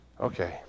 Okay